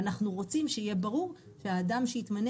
ואנחנו רוצים שיהיה ברור שהאדם שיתמנה